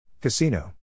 Casino